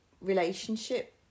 relationship